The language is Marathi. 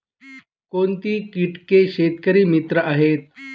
कोणती किटके शेतकरी मित्र आहेत?